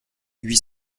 huit